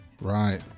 Right